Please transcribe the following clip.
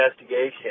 investigation